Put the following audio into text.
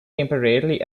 temporarily